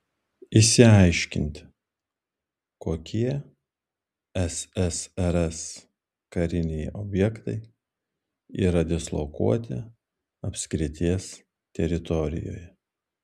išsiaiškinti kokie ssrs kariniai objektai yra dislokuoti apskrities teritorijoje